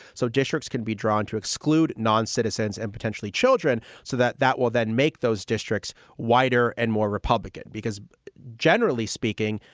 so districts can be drawn to exclude non-citizens and potentially children so that that will then make those districts whiter and more republican, because generally speaking,